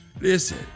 Listen